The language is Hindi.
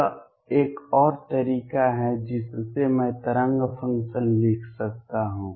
यह एक और तरीका है जिससे मैं तरंग फंक्शन लिख सकता हूं